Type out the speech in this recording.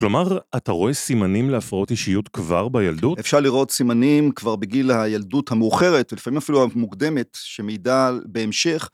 כלומר, אתה רואה סימנים להפרעות אישיות כבר בילדות? אפשר לראות סימנים כבר בגיל הילדות המאוחרת, ולפעמים אפילו המוקדמת, שמעידה בהמשך...